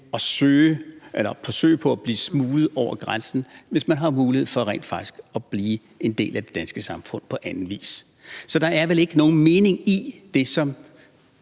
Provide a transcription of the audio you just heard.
til at forsøge at blive smuglet over grænsen, hvis man har mulighed for rent faktisk at blive en del af det danske samfund på anden vis. Så der er vel ikke nogen mening i det, som